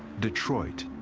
detroit.